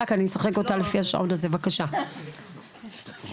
אחר אבל כבר כמה